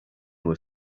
were